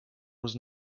was